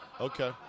Okay